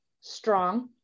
strong